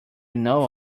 know